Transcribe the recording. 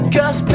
Cause